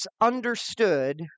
understood